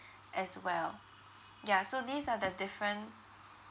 as well ya so these are the different